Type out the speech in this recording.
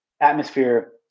atmosphere